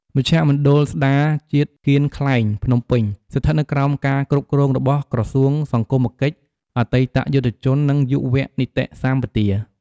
មជ្ឈមណ្ឌលស្ដារជាតិគៀនខ្លែង ភ្នំពេញ ស្ថិតនៅក្រោមការគ្រប់គ្រងរបស់ក្រសួងសង្គមកិច្ច អតីតយុទ្ធជន និងយុវនីតិសម្បទា។